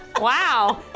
Wow